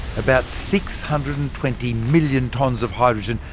about six hundred and twenty million tonnes of hydrogen,